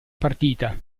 partita